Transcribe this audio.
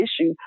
issue